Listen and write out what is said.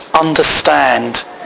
understand